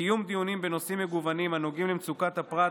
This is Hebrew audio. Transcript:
קיום דיונים בנושאים מגוונים הנוגעים למצוקות הפרט,